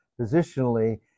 positionally